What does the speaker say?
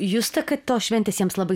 justa kad tos šventės jiems labai